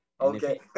okay